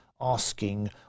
asking